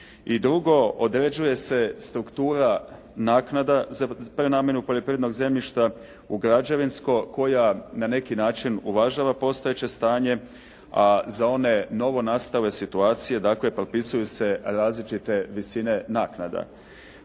drugo, određuje se struktura naknada za prenamjenu poljoprivrednog zemljišta u građevinsko koja ne neki način uvažava postojeće stanje a za one novonastale situacije dakle propisuju se različite visine naknada.